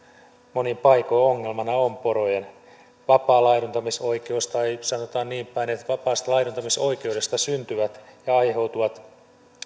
monin paikoin ongelmana on porojen vapaa laiduntamisoikeus tai sanotaan niinpäin että vapaasta laiduntamisoikeudesta syntyvät ja aiheutuvat